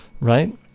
right